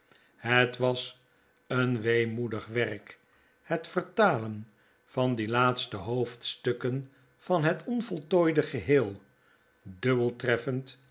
het was een weemoedig werk het vertalen van die laatste hoofdstukken van het onvoltooide geheel dubbel treffend